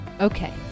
Okay